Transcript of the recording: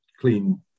clean